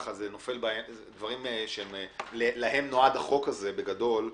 דברים שלהם נועד החוק הזה, בגדול,